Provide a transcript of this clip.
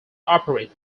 operate